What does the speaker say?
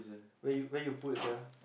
where you where you put sia